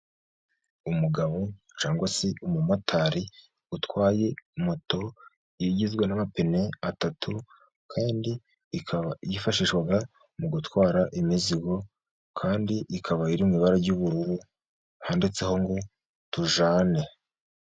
Umugabo cyangwa se umumotari utwaye moto igizwe n'amapine atatu, kandi ikaba yifashishwa mu gutwara imizigo, kandi ikaba iri mu ibara ry'ubururu, handitseho ngo tujyane.